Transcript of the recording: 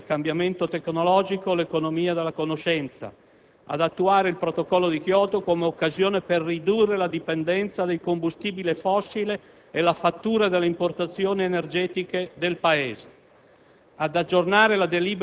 a sostenere la ricerca, il cambiamento tecnologico e l'economia della conoscenza; ad attuare il Protocollo di Kyoto come occasione per ridurre la dipendenza del combustibile fossile e la fattura delle importazioni energetiche del Paese;